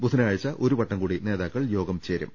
ബുധനാഴ്ച ഒരുവട്ടം കൂടി നേതാ ക്കൾ യോഗം ചേരും